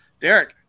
Derek